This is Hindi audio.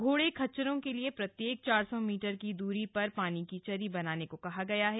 घोड़े खच्चरों के लिए प्रत्येक चार सौ मीटर की दूरी पर पानी की चरी बनाने को कहा है